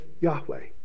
Yahweh